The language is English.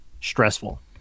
stressful